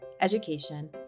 education